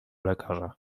lekarza